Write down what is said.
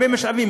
הרבה משאבים,